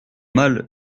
mal